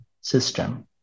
system